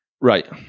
Right